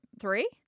three